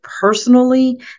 personally